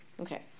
Okay